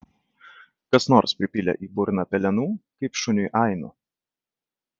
kas nors pripylė į burną pelenų kaip šuniui ainu